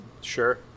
Sure